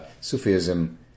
Sufism